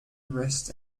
arrest